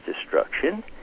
destruction